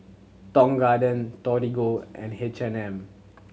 Tong Garden Torigo and H and M